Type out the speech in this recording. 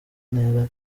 ntera